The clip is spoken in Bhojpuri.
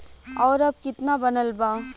और अब कितना बनल बा?